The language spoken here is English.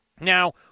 Now